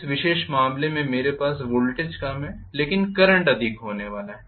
इस विशेष मामले में मेरे पास वोल्टेज कम है लेकिन करंट अधिक होने वाला है